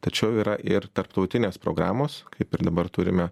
tačiau yra ir tarptautinės programos kaip ir dabar turime